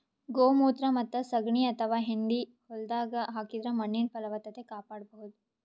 ಗೋಮೂತ್ರ ಮತ್ತ್ ಸಗಣಿ ಅಥವಾ ಹೆಂಡಿ ಹೊಲ್ದಾಗ ಹಾಕಿದ್ರ ಮಣ್ಣಿನ್ ಫಲವತ್ತತೆ ಕಾಪಾಡಬಹುದ್